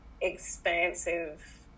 expansive